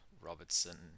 Robertson